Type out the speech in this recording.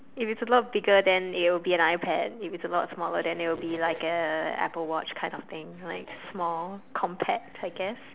if it's a lot bigger then it'll be an iPad if it's a lot smaller then it'll be like a apple watch kind of thing like small compact I guess